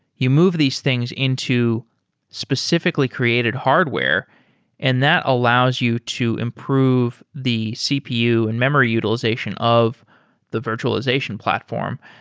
you move these things into specifically created hardware and that allows you to improve the cpu and memory utilization of the virtualization platform.